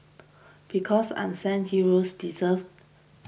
because unsung heroes deserve